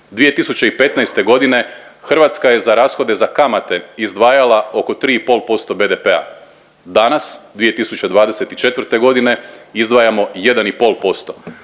2015. godine Hrvatska je za rashode za kamate izdvajala oko 3,5% BDP-a. Danas 2024. godine izdvajamo 1,5%.